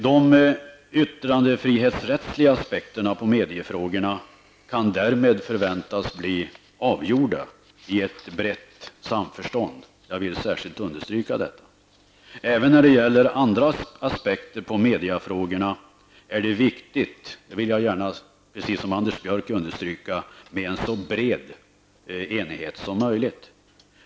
De yttrandefrihetsrättsliga aspekterna på mediefrågorna kan därmed förväntas bli avgjorda i brett samförstånd. Jag vill särskilt understryka det. Även när det gäller andra aspekter på mediefrågorna är det viktigt -- i likhet med Anders Björck vill jag också understryka det -- med en så bred enighet som möjligt.